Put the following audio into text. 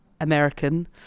American